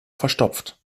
verstopft